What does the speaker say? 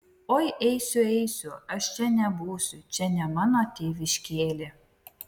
oi eisiu eisiu aš čia nebūsiu čia ne mano tėviškėlė